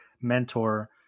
mentor